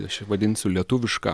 aš ir vadinsiu lietuvišką